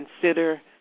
consider